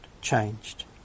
changed